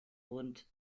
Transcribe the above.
hund